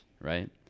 right